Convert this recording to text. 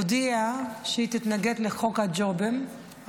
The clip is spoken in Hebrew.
הודיעה שהיא תתנגד לחוק הג'ובים,